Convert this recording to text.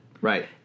Right